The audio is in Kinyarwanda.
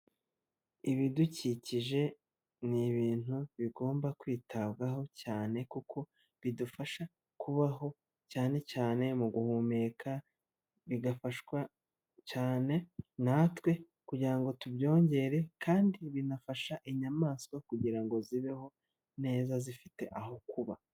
Ibidukikije ni ibintu bigomba kwitabwaho cyane kuko bidufasha kubaho cyane cyane mu guhumeka bigafashwa cyane natwe kugira ngo tubyongere kandi binafasha inyamaswa kugira ngo zibeho neza zifite aho kuba.